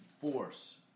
force